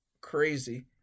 crazy